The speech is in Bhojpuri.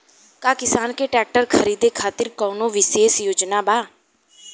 का किसान के ट्रैक्टर खरीदें खातिर कउनों विशेष योजना बा?